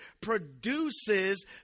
produces